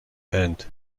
and